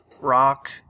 rock